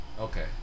okay